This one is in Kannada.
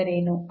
ಎಂದರೇನು